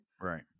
Right